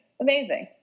Amazing